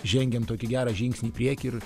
žengiam tokį gerą žingsnį į priekį ir